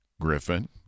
Griffin